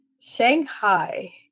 Shanghai